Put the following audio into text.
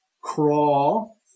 crawl